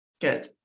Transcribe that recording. Good